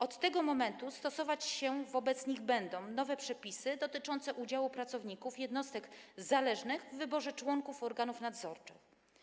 Od tego momentu będą wobec nich stosowane nowe przepisy dotyczące udziału pracowników jednostek zależnych w wyborze członków organów nadzorczych.